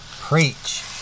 Preach